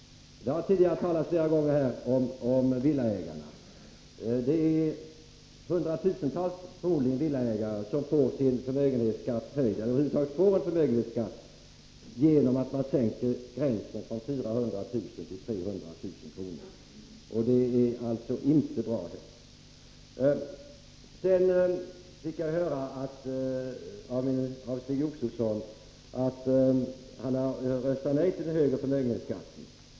Det har tidigare talats flera gånger här om villaägarna. Det är förmodligen hundratusentals villaägare som får sin förmögenhetsskatt höjd, eller som över huvud taget får en förmögenhetsskatt, genom att man sänker gränsen från 400 000 kr. till 300 000 kr. Det är inte heller bra. Av Stig Josefson fick jag höra att han har röstat nej till högre förmögenhetsskatt.